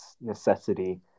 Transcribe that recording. necessity